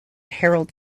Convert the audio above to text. harold